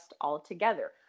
altogether